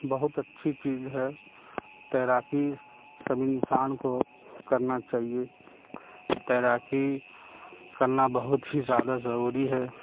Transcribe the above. بہت اچھی چیز ہے تیراکی سب انسان کو کرنا چاہیے تیراکی کرنا بہت ہی زیادہ ضروری ہے